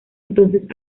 entonces